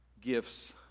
gifts